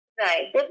right